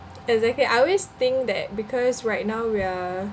exactly I always think that because right now we are